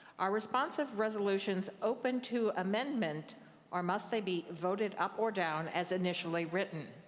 are responsive resolutions open to amendment or must they be voted up or down as initially written?